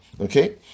Okay